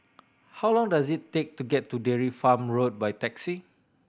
how long does it take to get to Dairy Farm Road by taxi